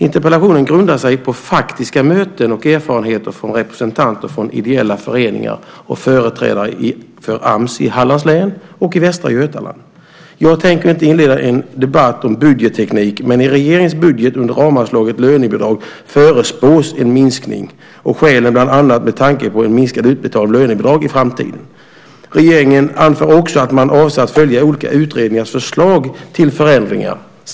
Interpellationen grundar sig på faktiska möten och erfarenheter från representanter för ideella föreningar och företrädare för Ams i Hallands län och i Västra Götaland. Jag tänker inte inleda en debatt om budgetteknik. Men i regeringens budget under ramanslaget lönebidrag förespås en minskning bland annat med tanke på en minskad utbetalning av lönebidrag i framtiden. Regeringen anför också att man avser att följa olika utredningars förslag till förändringar.